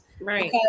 right